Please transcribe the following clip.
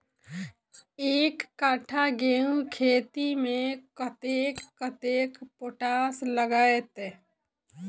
एक कट्ठा गेंहूँ खेती मे कतेक कतेक पोटाश लागतै?